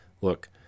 look